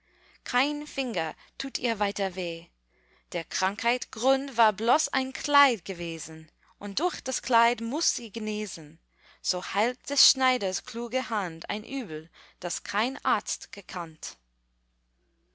kein finger tut ihr weiter weh der krankheit grund war bloß ein kleid gewesen und durch das kleid muß sie genesen so heilt des schneiders kluge hand ein übel das kein arzt gekannt